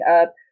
up